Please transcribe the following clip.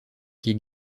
qui